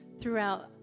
throughout